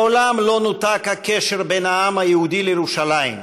מעולם לא נותק הקשר בין העם היהודי לירושלים,